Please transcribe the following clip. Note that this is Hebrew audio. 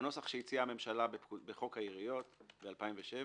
והנוסח שהציעה הממשלה בחוק העיריות ב-2007